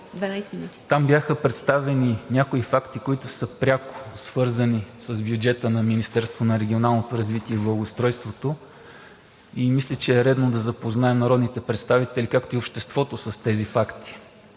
Там бяха представени някои факти, които са пряко свързани с бюджета на Министерството на регионалното развитие и благоустройството. Мисля, че е редно да запознаем народните представители, както и обществото с тези факти.